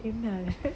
என்னாது:ennaathu